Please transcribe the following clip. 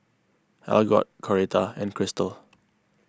Algot Coretta and Kristal